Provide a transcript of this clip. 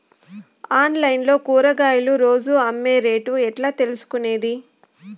Online లో కూరగాయలు రోజు అమ్మే రేటు ఎట్లా తెలుసుకొనేది?